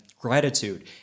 gratitude